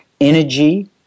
energy